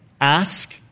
Ask